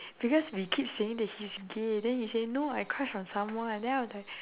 because we keep saying that he is gay then he say no I crush on someone lah then I was like